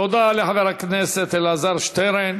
תודה לחבר הכנסת אלעזר שטרן.